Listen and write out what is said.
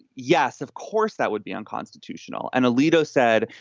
yes, of course, that would be unconstitutional. and alito said,